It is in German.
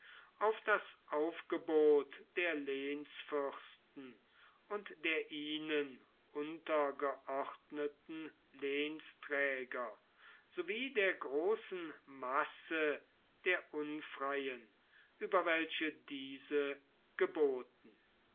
auf das aufgebot der lehnsfürsten und der ihnen untergeordneten lehnsträger sowie der großen masse der unfreien über welche diese geboten